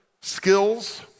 skills